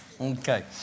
Okay